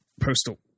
postal